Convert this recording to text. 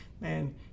man